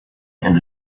and